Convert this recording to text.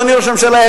אדוני ראש הממשלה,